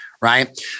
right